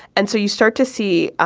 and so you start to see.